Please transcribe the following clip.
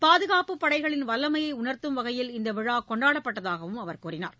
பாதுகாப்புப் படைகளின் வல்லமையை உணர்த்தம் வகையில் விழா இந்த கொண்டாடப்பட்டதாகவும் அவர் கூறினார்